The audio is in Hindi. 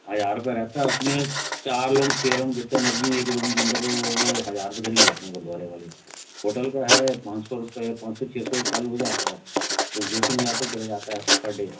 हज़ार रुपये रहता है उसमें चार रहो छह रहो जितने मर्ज़ी हो एक रूम के अंदर रहो वह हज़ार रुपये करीब लेते हैं गुरुद्वारे वाले होटल का है पाँच सौ रुपये पाँच सौ छः सौ से चालू हो जाता है फिर दो तीन हज़ार तक चले जाता है पर डे